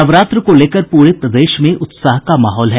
नवरात्र को लेकर पूरे प्रदेश में उत्साह का माहौल है